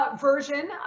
version